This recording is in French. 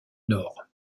nord